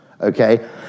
okay